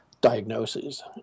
diagnoses